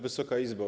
Wysoka Izbo!